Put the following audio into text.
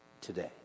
today